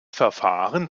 verfahren